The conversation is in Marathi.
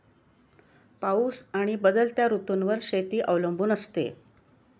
पाऊस आणि बदलत्या ऋतूंवर शेती अवलंबून असते